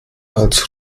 als